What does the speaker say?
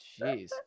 Jeez